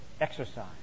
Exercise